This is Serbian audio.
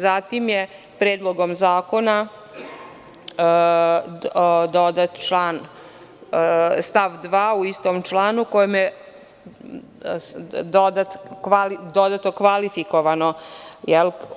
Zatim, Predlogom zakona je dodat stav 2. u istom članu, kojim je dodato kvalifikovano